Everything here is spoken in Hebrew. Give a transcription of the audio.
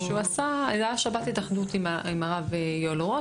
הייתה שבת התאחדות עם הרב יואל אורות.